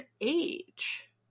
age